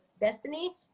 destiny